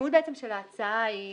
המשמעות של ההצעה היא